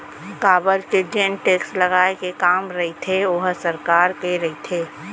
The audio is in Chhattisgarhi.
काबर के जेन टेक्स लगाए के काम रहिथे ओहा सरकार के रहिथे